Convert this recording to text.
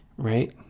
right